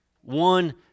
one